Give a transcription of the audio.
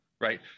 right